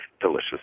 delicious